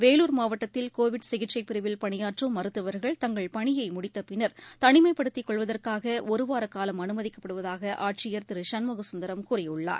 வேலூர் மாவட்டத்தில் கோவிட் சிகிச்சைபிரிவில் பணியாற்றும் மருத்துவர்கள் தங்கள் பணியைமுடித்தபின்னர் தனிமைப்படுத்திக் கொள்வதற்காகஒருவாரகாலம் அனுமதிக்கப்படுவதாகஆட்சியர் திருசண்முகசுந்தரம் கூறியுள்ளார்